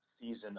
season